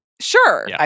Sure